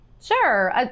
sure